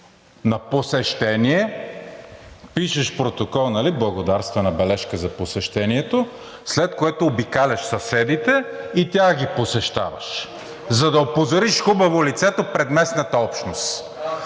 на посещение, пишеш протокол – благодарствена бележка за посещението, след което обикаляш съседите, и тях ги посещаваш, за да опозориш хубаво лицето пред местната общност.